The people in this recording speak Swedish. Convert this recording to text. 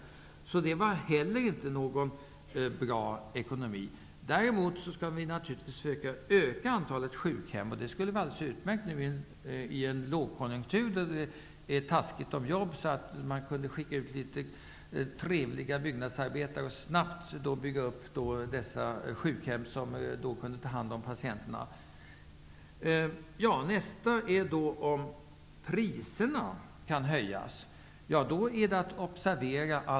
Inte heller det innebär alltså någon bra ekonomi. Däremot skall vi försöka att öka antalet sjukhem. Det skulle vara alldeles utmärkt nu i en lågkonjunktur, då det är ont om jobb. Man kunde skicka ut litet trevliga byggnadsarbetare, som snabbt kunde bygga upp sjukhem där patienterna kunde tas om hand. Kan priserna höjas?